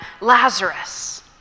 Lazarus